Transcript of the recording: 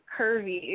curvy